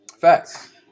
Facts